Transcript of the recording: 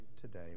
today